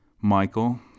Michael